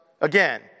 again